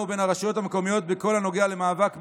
לבין הרשויות המקומיות בכל הקשור למאבק בעוני,